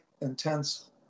intense